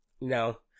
No